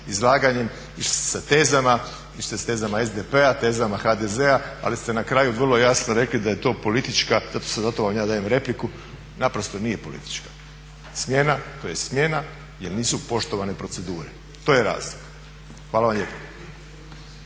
izlaganjem i išli ste sa tezama, sa tezama SDP-a, tezama HDZ-a ali ste na kraju vrlo jasno rekli da je to politička, zato vam ja dajem repliku, naprosto nije politička smjena. To je smjena jer nisu poštovane procedure. To je razlog. Hvala vam